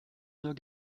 nur